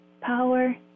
Power